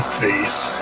face